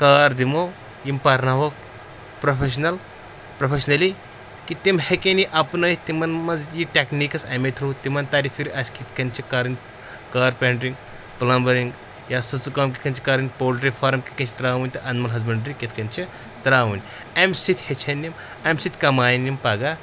کار دِمو یِم پَرناووکھ پروفیٚشنَل پروفیشنٔلی کہِ تِم ہیٚکن یہِ اَپنٲیِتھ تِن منٛز یہِ ٹٮ۪کنیٖکٕس اَمے تھروٗ تِمن تَر فکرِ اَسہِ کِتھ کٔنۍ چھِ کَرٕنۍ کارپینٹرِنٛگ پٕلمبرِنٛگ یا سٕژٕ کٲم کِتھ کٔنۍ چھِ کَرٕنۍ پولٹری فارَم کِتھ کٔنۍ چھِ ترٛاوٕنۍ تہٕ اَنمٕل ہسبنٛڈری کِتھ کٔنۍ چھِ ترٛاوٕنۍ امہِ سۭتۍ ہیٚچھن یِم امہِ سۭتۍ کماین یِم پگاہ